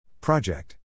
Project